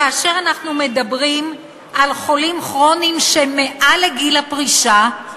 כאשר אנחנו מדברים על חולים כרוניים שמעל גיל הפרישה,